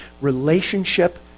relationship